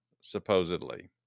supposedly